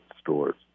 stores